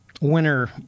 Winner